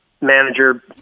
manager